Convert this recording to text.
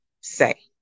say